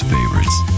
Favorites